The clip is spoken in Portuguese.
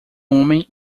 homem